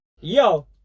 yo